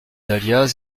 dahlias